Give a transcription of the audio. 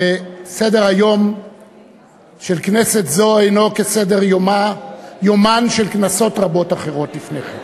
שסדר-היום של כנסת זו אינו כסדר-יומן של כנסות רבות אחרות לפני כן.